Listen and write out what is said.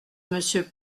monsieur